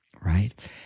right